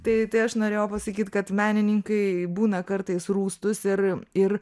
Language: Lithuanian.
tai tai aš norėjau pasakyt kad menininkai būna kartais rūstūs ir ir